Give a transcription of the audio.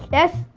yes.